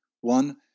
one